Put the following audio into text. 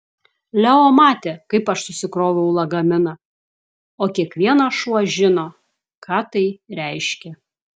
leo matė kaip aš susikroviau lagaminą o kiekvienas šuo žino ką tai reiškia